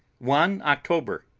one october,